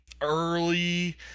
early